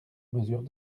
mesure